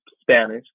spanish